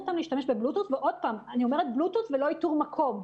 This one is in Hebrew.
ועוד פעם: אני אומרת בלותטות' ולא איתור מקום,